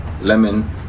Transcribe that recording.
lemon